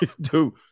Dude